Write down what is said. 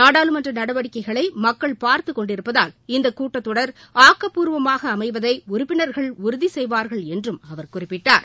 நாடாளுமன்ற நடவடிக்கைகளை மக்கள் பார்த்துக் கொண்டிருப்பதால் இந்த கூட்டத் தொடர் ஆக்கப்பூர்வமாக அமைவதை உறுப்பினர்கள் உறுதி செய்வார்கள் என்றும் அவர் குறிப்பிட்டார்